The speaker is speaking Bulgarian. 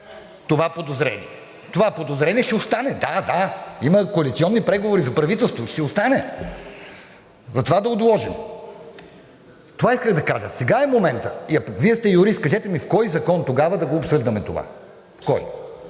това подозрение. Това подозрение ще остане! (Шум и реплики.) Да, да има коалиционни преговори за правителство, ще остане, затова да отложим. Това исках да кажа. Сега е моментът. Вие сте юрист – кажете ми в кой закон тогава да го обсъждаме това? В кой?